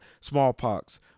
smallpox